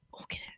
okay